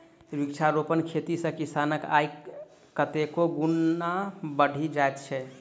वृक्षारोपण खेती सॅ किसानक आय कतेको गुणा बढ़ि जाइत छै